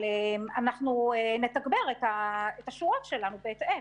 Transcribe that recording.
אנחנו נתגבר את השורות שלנו בהתאם.